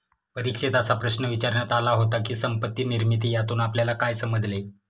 परीक्षेत असा प्रश्न विचारण्यात आला होता की, संपत्ती निर्मिती यातून आपल्याला काय समजले?